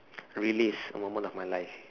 release a moment of my life